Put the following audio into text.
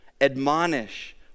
admonish